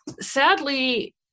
Sadly